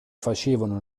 facevano